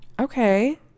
Okay